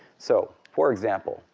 so for example,